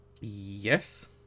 Yes